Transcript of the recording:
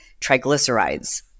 triglycerides